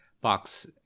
Box